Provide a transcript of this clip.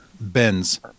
Benz